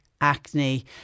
acne